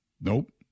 Nope